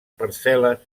parcel·les